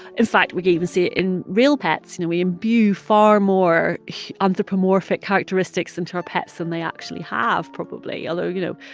in fact, we even see it in real pets. you know, we imbue far more anthropomorphic characteristics into our pets than they actually have, probably. although, you know,